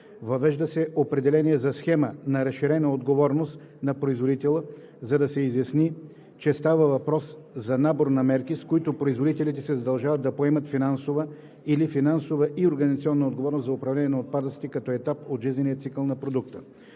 Въвежда се определение за „схема за разширена отговорност на производителя“, за да се изясни, че става въпрос за набор от мерки, с които производителите се задължават да поемат финансова или финансова и организационна отговорност за управление на отпадъците като етап от жизнения цикъл на продукта.